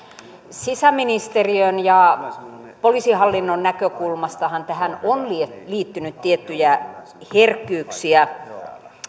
sisäministeriön ja poliisihallinnon näkökulmastahan tähän on liittynyt tiettyjä herkkyyksiä